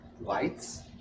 lights